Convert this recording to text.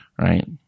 right